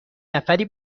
نفری